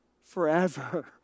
forever